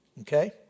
okay